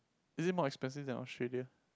is it more expensive than Australia